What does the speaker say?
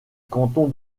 canton